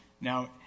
Now